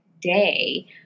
day